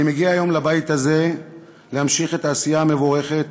אני מגיע היום לבית הזה להמשיך את העשייה המבורכת